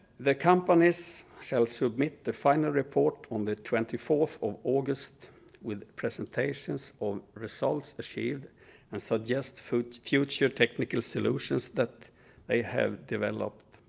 the companies shall submit the final report on the twenty fourth of august with presentations or results achieved and suggest future technical solutions that they have developed.